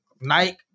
Nike